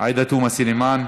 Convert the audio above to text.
עאידה תומא סלימאן,